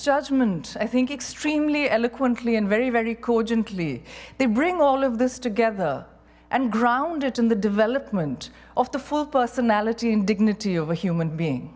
judgment i think extremely eloquently and very very cogently they bring all of this together and ground it in the development of the full personality and dignity of a human being